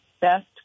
best